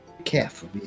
Careful